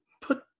put